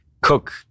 cook